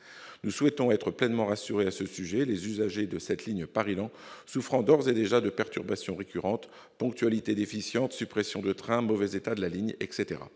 Nous souhaitons être pleinement rassurés à ce sujet, les usagers de la ligne Paris-Laon subissant d'ores et déjà des perturbations récurrentes -ponctualité déficiente, suppressions de trains, mauvais état de la ligne, etc.